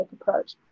approach